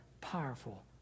powerful